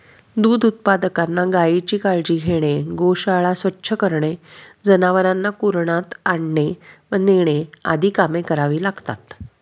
दूध उत्पादकांना गायीची काळजी घेणे, गोशाळा स्वच्छ करणे, जनावरांना कुरणात आणणे व नेणे आदी कामे करावी लागतात